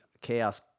chaos